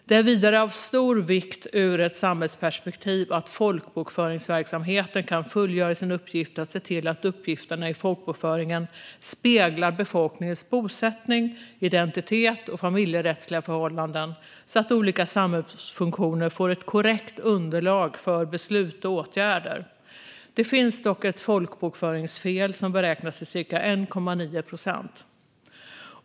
Det är vidare av stor vikt, ur ett samhällsperspektiv, att folkbokföringsverksamheten kan fullgöra sin uppgift att se till att uppgifterna i folkbokföringen speglar befolkningens bosättning, identitet och familjerättsliga förhållanden. På det sättet kan olika samhällsfunktioner få ett korrekt underlag för beslut och åtgärder. Det finns dock ett folkbokföringsfel, som beräknas till ca 1,9 procent.